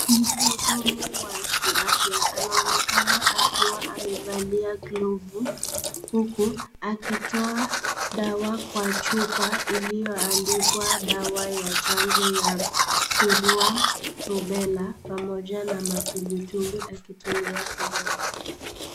Mhudumu wa kiafya anaonekana akiwa amevalia glavu, huku akitoa dawa kwa chupa iliyoandikwa dawa ya chanjo ya surua, rubela paamoja na matumbwitumbwi akitumia sindano.